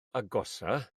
agosaf